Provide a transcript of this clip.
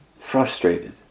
frustrated